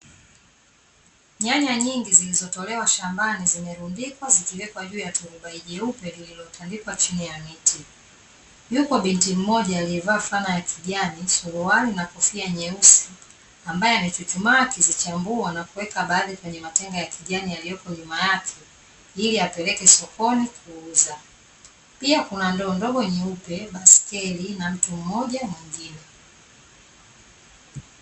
Nyanya nyingi zilizotolewa shambani zimerundikwa, zikiwekwa juu ya turubai jeupe lililotandikwa. Chini ya miti yupo binti mmoja aliyevaa fulana ya kijani, suruali na kofia nyeusi, ambaye amechuchuma akizichambua na kuweka baadhi kwenye matenga ya kijani yaliyopo nyuma yake ili apeleke sokoni kuuza, pia kuna ndoo ndogo nyeupe, baiskeli na mtu mmoja mwingine.